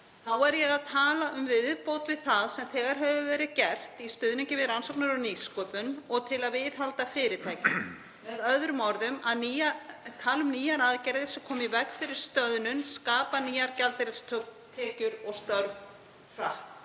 Þá er ég að tala um viðbót við það sem þegar hefur verið gert í stuðningi við rannsóknir og nýsköpun og til að viðhalda fyrirtækjum. Með öðrum orðum er ég að tala um nýjar aðgerðir sem koma í veg fyrir stöðnun og skapa nýjar gjaldeyristekjur og störf hratt.